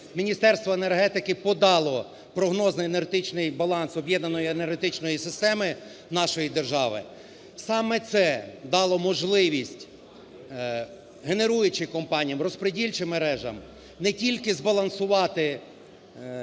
Міністерство енергетики подало прогнозний енергетичний баланс об'єднаної енергетичної системи нашої держави. Саме це дало можливість генеруючим компаніям, розподільчим мережам не тільки збалансувати ремонтну